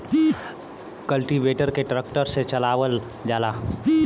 cultivator के tractor से चलावल जाला